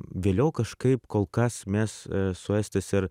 vėliau kažkaip kol kas mes su estais ir